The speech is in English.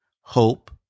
hope